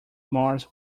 mars